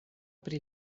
pri